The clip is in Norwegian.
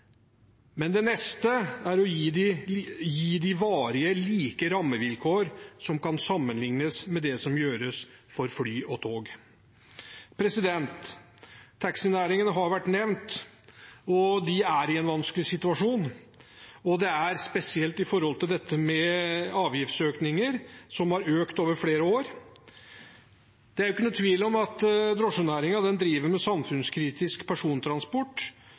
Det neste er å gi dem varige, like rammevilkår som kan sammenlignes med det som gjøres for fly og tog. Taxinæringen har vært nevnt. De er i en vanskelig situasjon, spesielt når det gjelder avgifter som har økt over flere år. Det er ingen tvil om at drosjenæringen driver med samfunnskritisk persontransport.